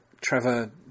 Trevor